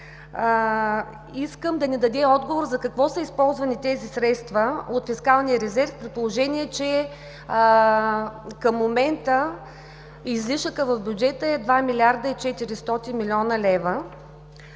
Искам да ни даде отговор за какво са използвани тези средства от фискалния резерв, при положение че към момента излишъкът в бюджета е 2 млрд. и 400 млн. лв.